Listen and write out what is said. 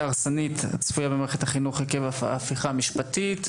ההרסנית הצפויה במערכת החינוך עקב המהפכה המשפטית,